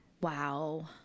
wow